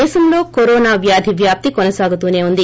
దేశంలో కరోనా వ్యాధి వ్యాప్తి కొనసాగుతూనే ఉంది